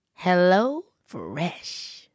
HelloFresh